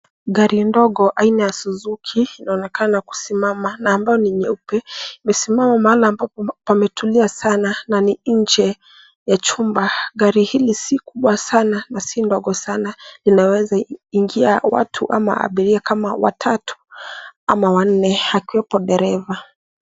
Gari ndogo aina ya Suzuki inaonekana la kusimama na ambayo ni nyeupe, imesimama mahali ambapo pametulia sana na ni nje ya chumba. Gari hili si kubwa sana na si ndogo sana, inaweza ingia watu ama abiria kama watatu ama wanne akiwepo dereva.